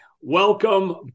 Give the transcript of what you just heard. welcome